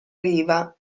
riva